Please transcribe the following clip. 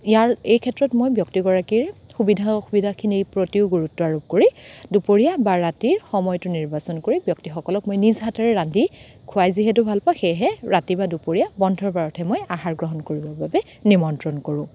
ইয়াৰ এই ক্ষেত্ৰত মই ব্য়ক্তিগৰাকীৰ সুবিধা অসুবিধাখিনি প্ৰতিও গুৰুত্ব আৰোপ কৰি দুপৰীয়া বা ৰাতিৰ সময়টো নিৰ্বাচন কৰি ব্যক্তিসকলক মই নিজ হাতেৰে ৰান্ধি খোৱাই যিহেতু ভাল পাওঁ সেইহে ৰাতি বা দুপৰীয়া বন্ধৰ বাৰতহে মই আহাৰ গ্ৰহণ কৰিবৰ বাবে নিমন্ত্ৰণ কৰোঁ